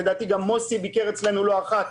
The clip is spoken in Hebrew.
לדעתי גם מוסי רז ביקר אצלנו לא אחת,